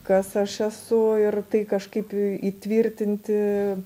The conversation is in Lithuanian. kas aš esu ir tai kažkaip įtvirtinti